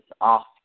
off